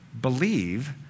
Believe